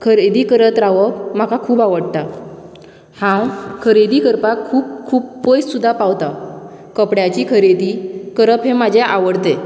खरेदी करत रावप म्हाका खूब आवडटा हांव खरेदी करपाक खूब खूब पयस सुद्दां पावता कपड्याची खरेदी करप हे म्हाजे आवडते